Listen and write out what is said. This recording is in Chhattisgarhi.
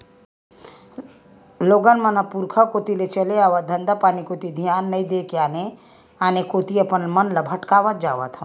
लोगन मन ह अपन पुरुखा कोती ले चले आवत धंधापानी कोती धियान नइ देय के आने आने कोती अपन मन ल भटकावत जावत हवय